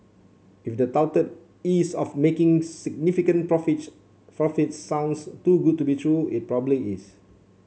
if the touted ease of making significant profits profit sounds too good to be true it probably is